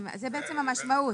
בעצם המשמעות.